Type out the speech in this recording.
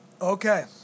Okay